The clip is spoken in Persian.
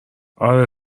آره